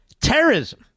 terrorism